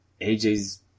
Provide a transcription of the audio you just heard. AJ's